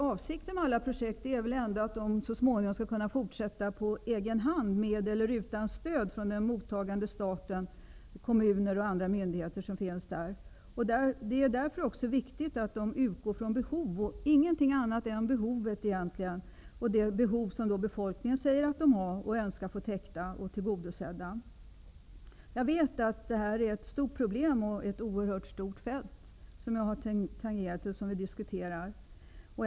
Avsikten med alla projekt är väl ändå att de så småningom skall kunna fortsätta på egen hand, med eller utan stöd från den mottagande staten, kommunen eller andra myndigheter i landet. Det är därför också viktigt att man utgår från vilka behov som finns, att man utgår endast från de behov som befolkningen säger sig ha och önskar få täckta och tillgodosedda. Jag vet att det här är ett stort problem, att det som jag har tangerat och som vi diskuterar är ett oerhört stort fält.